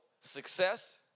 success